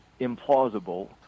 implausible